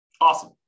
Awesome